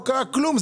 לא קרה כלום,